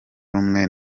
rumwe